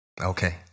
Okay